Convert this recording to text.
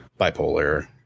bipolar